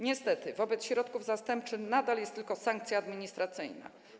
Niestety wobec środków zastępczych karą nadal jest tylko sankcja administracyjna.